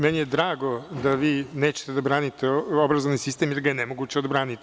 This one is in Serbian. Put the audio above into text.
Meni je drago da vi nećete da branite obrazovni sistem jer ga je nemoguće odbraniti.